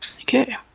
Okay